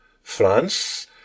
France